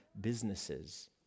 businesses